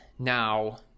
Now